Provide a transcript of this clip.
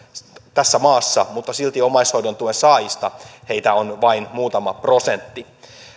tässä maassa mutta silti omaishoidon tuen saajista heitä on vain muutama prosentti